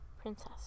Princess